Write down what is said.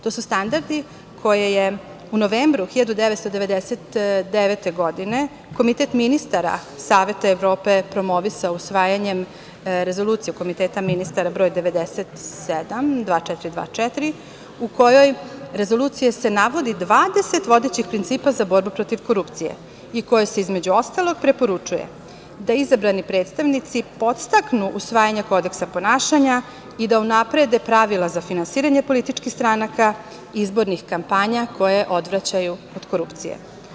To su standardi koje je u novembru 1999. godine Komitet ministara Saveta Evrope promovisao usvajanjem Rezolucije Komiteta ministara broj 97, 2424, u kojoj rezoluciji se navodi 20 vodećih principa za borbu protiv korupcije i u kojoj se, između ostalog, preporučuje da izabrani predstavnici podstaknu usvajanje kodeksa ponašanja i da unaprede pravila za finansiranje političkih stranaka, izbornih kampanja koje odvraćaju od korupcije.